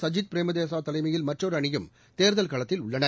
சஜித் பிரேமதாசா தலைமையில் மற்றொரு அணியும் தேர்தல் களத்தில் உள்ளன